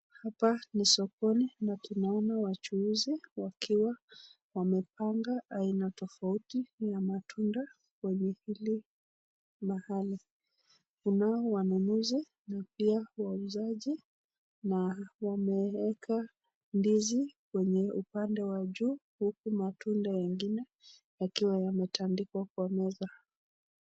Hapa ni sokoni na tunaona wachuuzi wakiwa wamepanga aina tofauti ya matunda kwenye hili mahali, Kunao wanunuzi na pia wauzaji na wameeka ndizi kwenye upande wajuu huku matunda yengine yakiwa yametandikwa kwenye meza.